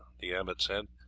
the abbot said,